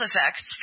effects